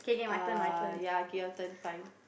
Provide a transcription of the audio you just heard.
uh ya okay your turn fine